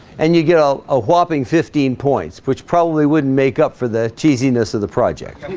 and you get ah a whopping fifteen points, which probably wouldn't make up for the cheesiness of the project